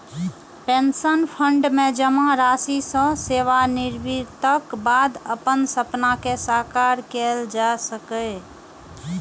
pension fund मे जमा राशि सं सेवानिवृत्तिक बाद अपन सपना कें साकार कैल जा सकैए